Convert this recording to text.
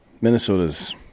Minnesota's